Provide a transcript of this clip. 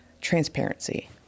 transparency